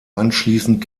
anschließend